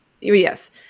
Yes